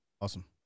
Awesome